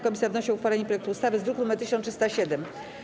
Komisja wnosi o uchwalenie projektu ustawy z druku nr 1307.